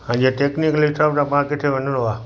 हा इहा टेक्निकली हिसाब सां पाणि कंहिं किथे वञिणो आहे